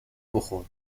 بخور